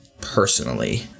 personally